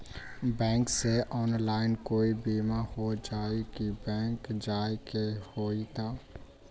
Bank से online कोई बिमा हो जाई कि बैंक जाए के होई त?